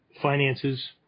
Finances